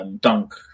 Dunk